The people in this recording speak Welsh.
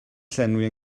llenwi